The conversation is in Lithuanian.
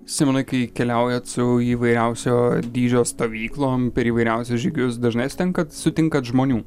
simonai kai keliaujat su įvairiausio dydžio stovyklom per įvairiausius žygius dažnai sutenkat sutinkat žmonių